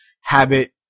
habit